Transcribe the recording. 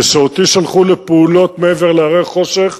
וכשאותי שלחו לפעולות מעבר להרי החושך,